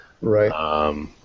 Right